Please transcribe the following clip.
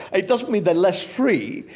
it doesn't mean they're less free,